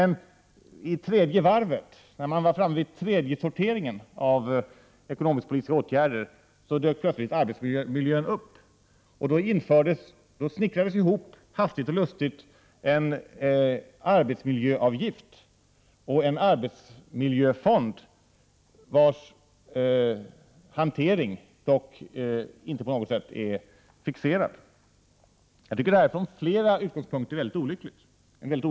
När man däremot var framme vid tredje sorteringen av ekonomiskpolitiska åtgärder dök plötsligt arbetsmiljön upp. Då snickrade man hastigt och lustigt ihop en arbetsmiljöavgift och en arbetsmiljöfond, vars hantering dock inte på något sätt är fixerad. Jag tycker att det här från flera utgångspunkter är en olycklig hantering.